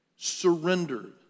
surrendered